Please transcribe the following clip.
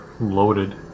loaded